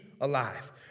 Alive